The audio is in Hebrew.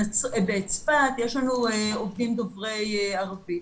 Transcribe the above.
בצפת, יש לנו עובדים דוברי ערבית.